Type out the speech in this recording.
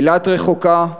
אילת רחוקה,